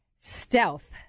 stealth